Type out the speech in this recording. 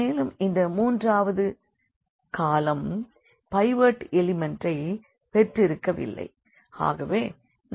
மேலும் இந்த மூன்றாவது காலம் பைவட் எலிமெண்ட்டை பெற்றிருக்கவில்லை